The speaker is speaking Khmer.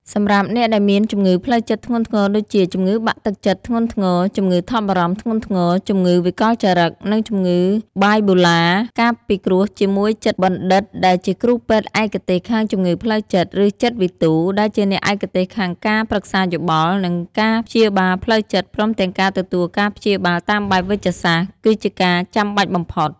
សម្រាប់អ្នកដែលមានជំងឺផ្លូវចិត្តធ្ងន់ធ្ងរដូចជា ជំងឺបាក់ទឹកចិត្តធ្ងន់ធ្ងរ, ជំងឺថប់បារម្ភធ្ងន់ធ្ងរ , ជំងឺវិកលចរិត ឬជំងឺបាយប៉ូឡា ការពិគ្រោះជាមួយចិត្តបណ្ឌិត ដែលជាគ្រូពេទ្យឯកទេសខាងជំងឺផ្លូវចិត្ត ឬចិត្តវិទូ ដែលជាអ្នកឯកទេសខាងការប្រឹក្សាយោបល់ និងការព្យាបាលផ្លូវចិត្ត ព្រមទាំងការទទួលការព្យាបាលតាមបែបវេជ្ជសាស្ត្រ គឺជាការចាំបាច់បំផុត។